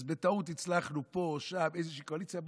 אז בטעות הצלחנו פה ושם, איזושהי קואליציה.